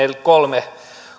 kolme